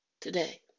Today